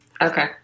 Okay